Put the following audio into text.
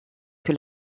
que